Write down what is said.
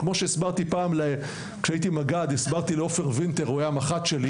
כמו שהסברתי פעם כשהייתי מג"ד לעופר וינטר שהיה המח"ט שלי.